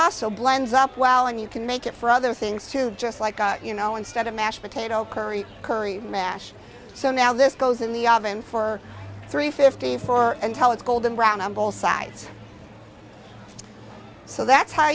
also blends up well and you can make it for other things too just like you know instead of mashed potato curry curry mash so now this goes in the oven for three fifty four and tell it's golden brown on both sides so that's how